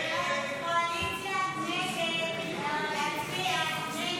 הסתייגות 58 לא נתקבלה.